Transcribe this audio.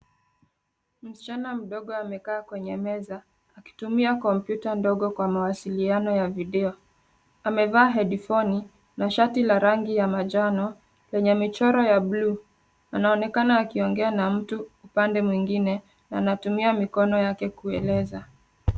Mshichana mdogo amekaa kwenye meza akitumia kompyuta ndogo kwa mawasiliano ya video. Amevaa hedifoni na shati la rangi ya manjano lenye michoro ya buluu. Anaonekana akiongea na mtu upande mwingine na anatumia mikono yake kueleza.